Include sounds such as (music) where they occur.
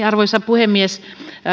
(unintelligible) arvoisa puhemies